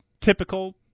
typical